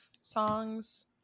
songs